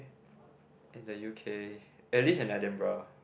in the U_K at least in Edinburgh